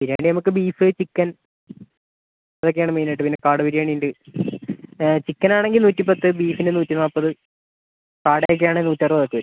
ബിരിയാണി നമുക്ക് beef chicken അതൊക്കെയാണ് മെയിനായിട്ട് പിന്നെ കാട ബിരിയാണി ഉണ്ട് ചിക്കൻ ആണെങ്കിൽ നൂറ്റിപ്പത്ത് ബീഫിന് നൂറ്റിനാല്പത് കാട ഒക്കെയാണെങ്കിൽ നൂറ്റി അറുപതൊക്കെ വരും